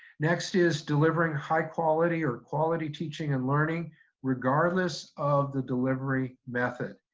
next is delivering high quality or quality teaching and learning regardless of the delivery method.